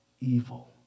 evil